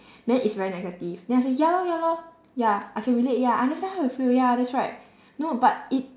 then it's very negative then I say ya lor ya lor ya I can relate ya I understand how you feel ya that's right no but it